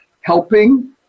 Helping